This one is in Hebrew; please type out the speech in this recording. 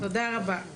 תודה רבה.